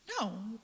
No